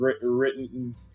written